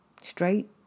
Straight